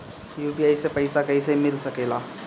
UPI से पइसा कईसे मिल सके ला?